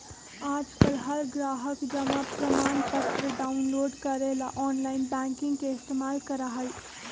आजकल हर ग्राहक जमा प्रमाणपत्र डाउनलोड करे ला आनलाइन बैंकिंग के इस्तेमाल करा हई